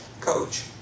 coach